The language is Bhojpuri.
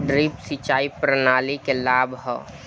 ड्रिप सिंचाई प्रणाली के का लाभ ह?